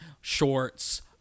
shorts